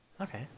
Okay